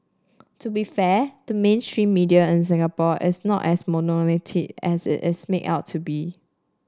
to be fair the mainstream media in Singapore is not as monolithic as it's made out to be